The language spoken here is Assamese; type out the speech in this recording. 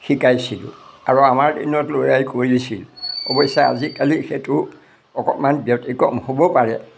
শিকাইছিলোঁ আৰু আমাৰ দিনত ল'ৰাই কৰিছিল অৱশ্যে আজিকালি সেইটো অকণমান ব্যতিক্ৰম হ'ব পাৰে